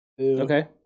Okay